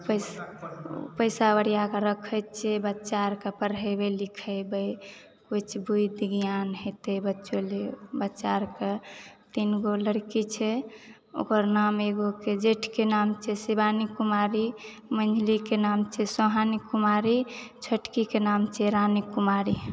पैसा ओरिआक रखैत छियै बच्चा अरके पढ़ेबै लिखेबै किछु बुद्धि ज्ञान हेतय बच्चो बच्चा अरके तीनगो लड़की छै ओकर नाम एगोके जेठके नाम छै शिवानी कुमारी मझिलीके नाम छै सोहानी कुमारी छोटकीके नाम छै रानी कुमारी